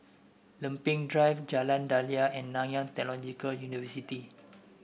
Lempeng Drive Jalan Daliah and Nanyang Technological University